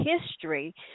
history